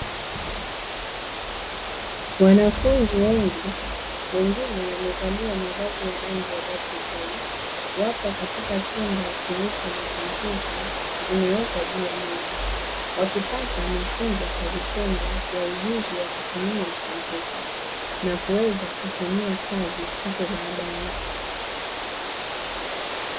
Wanafunzi wengi wengine wamevalia mavazi ya rangi ya "dark blue", Wapo katika chumba kilicho na kompyuta. Zimewekwa juu ya meza wakipata mafunzo kwa vitendo ya ujuzi wa kutumia kompyuta, na kuweza kufanyia kazi hapo badae.